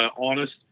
honest –